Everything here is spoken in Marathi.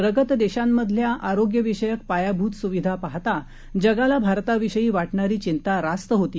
प्रगत देशांमधल्या आरोग्यविषयक पायाभूत सुविधा पाहता जगाला भारताविषयी वाटणारी चिंता रास्त होती